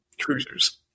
cruisers